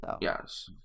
Yes